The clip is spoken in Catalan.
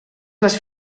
les